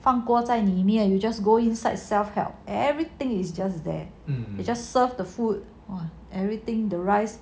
饭锅在里面 you just go inside self help everything is just there it just serve the food or everything the rice